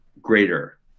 greater